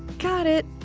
got it!